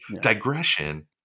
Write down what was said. digression